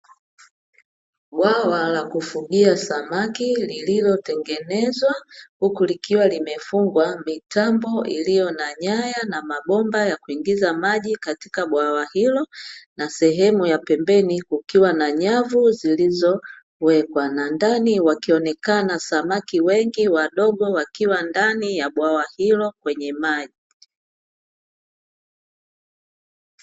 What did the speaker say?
Bwawa la kufugia samaki lililotengenezwa huku likiwa limefungwa mitambo iliyo na nyaya na mabomba ya kuingiza maji katika bwawa hilo na sehemu ya pembeni kukiwa na nyavu zilizowekwa na ndani wakionekana samaki wengi wadogo wakiwa ndani ya bwawa hilo kwenye maji.